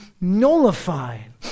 nullified